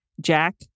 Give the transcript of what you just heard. Jack